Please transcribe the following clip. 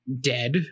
dead